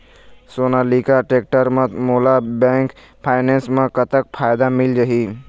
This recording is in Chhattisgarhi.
सोनालिका टेक्टर म मोला बैंक फाइनेंस म कतक फायदा मिल जाही?